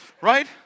right